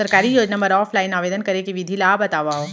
सरकारी योजना बर ऑफलाइन आवेदन करे के विधि ला बतावव